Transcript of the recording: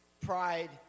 pride